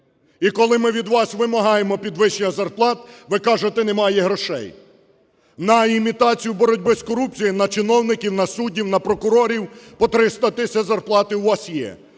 І коли ми від вас вимагаємо підвищення зарплат, ви кажете: "Немає грошей". На імітацію боротьби з корупцією, на чиновників, на суддів, на прокурорів по триста тисяч зарплати у вас є,